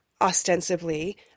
ostensibly